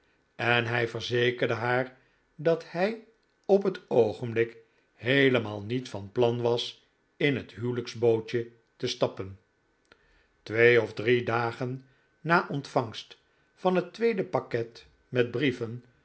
en hij verzekerde haar dat hij op het oogenblik heelemaal niet van plan was in het huwelijksbootje te stappen twee of drie dagen na ontvangst van het tweede pakket met brieven